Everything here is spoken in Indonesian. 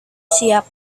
siap